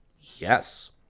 Yes